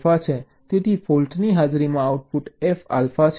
તેથી ફૉલ્ટ્ની હાજરીમાં આઉટપુટ f આલ્ફા છે